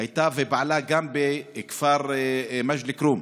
הייתה ופעלה גם בכפר מג'ד אל-כרום.